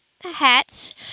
Hats